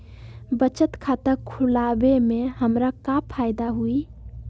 बचत खाता खुला वे में हमरा का फायदा हुई?